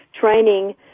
training